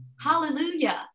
hallelujah